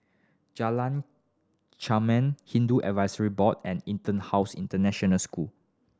Jalan Hindu Advisory Board and EtonHouse International School